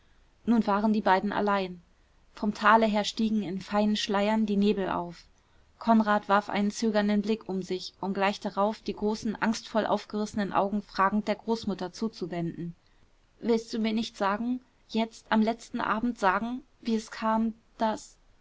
nun waren die beiden allein vom tale her stiegen in feinen schleiern die nebel auf konrad warf einen zögernden blick um sich um gleich darauf die großen angstvoll aufgerissenen augen fragend der großmutter zuzuwenden willst du mir nicht sagen jetzt am letzten abend sagen wie es kam daß